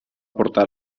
portar